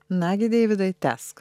nagi deividai tęsk